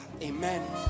Amen